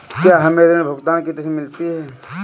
क्या हमें ऋण भुगतान की तिथि मिलती है?